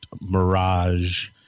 mirage